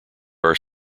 are